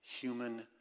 human